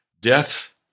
Death